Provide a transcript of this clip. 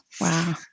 Wow